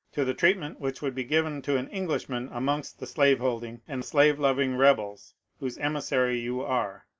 to the treatment which would be given to an englishman amongst the slaveholding and slaye-loving rebels whose emissary you are,